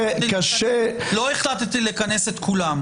לא החלטתי לכנס את כולם.